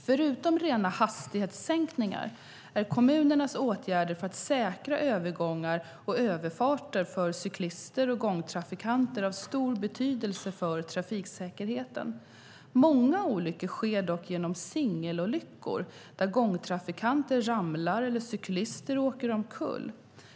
Förutom rena hastighetssänkningar är kommunernas åtgärder för säkra övergångar och överfarter för cyklister och gångtrafikanter av stor betydelse för trafiksäkerheten. Många olyckor sker dock genom singelolyckor där gångtrafikanter ramlar eller cyklister åker omkull.